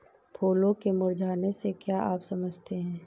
फूलों के मुरझाने से क्या आप समझते हैं?